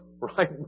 right